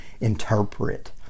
interpret